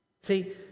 See